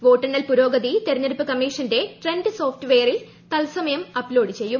വോട്ടെണ്ണൽ പുരോഗതി തെരഞ്ഞെടുപ്പ് കമ്മീഷന്റെ ട്രെൻഡ് സോഫ്റ്റ് വെയറിൽ ത്സമയം അപ്ലോഡ് ചെയ്യും